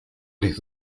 les